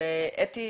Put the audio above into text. אתי